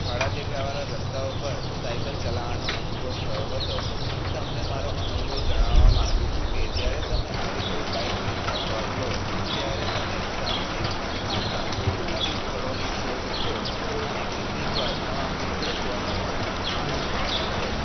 ખાડા ટેકરાવાળા રસ્તાઓ પર સાઈકલ ચલાવાનો અનુભવ થયો હતો હું તમને મારો અનુભવ જણાવવા માંગું છું કે જ્યારે તમે આવી કોઈ બાઈક રેસમાં ભાગ લો ત્યારે તમે સામુહિક માનસિકતા નવી સ્થળોની શોધખોળ અને કેટલીક વાર નવા મિત્રત્વનો પણ આનંદ માણો છો